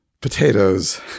potatoes